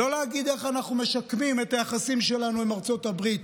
לא להגיד איך אנחנו משקמים את היחסים שלנו עם ארצות הברית.